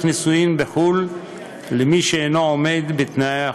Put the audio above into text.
נישואין בחו"ל למי שאינו עומד בתנאי החוק.